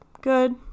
good